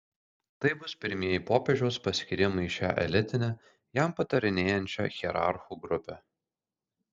tai bus pirmieji popiežiaus paskyrimai į šią elitinę jam patarinėjančią hierarchų grupę